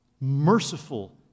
Merciful